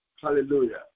Hallelujah